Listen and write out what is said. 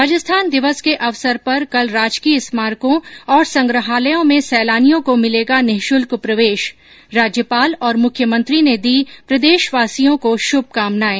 राजस्थान दिवस के अवसर पर कल राजकीय स्मारकों और संग्रहालयों में सैलानियों को मिलेगा निःशुल्क प्रवेश राज्यपाल और मुख्यमंत्री ने दी प्रदेशवासियों को शुभकामनाएं